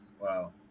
Wow